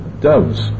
doves